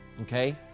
Okay